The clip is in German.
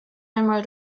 einmal